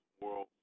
World